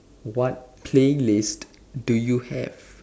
what playlist do you have